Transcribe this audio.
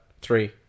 three